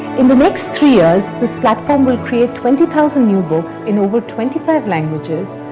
in the next three years, this platform will create twenty thousand new books in over twenty five languages,